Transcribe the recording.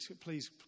Please